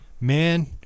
man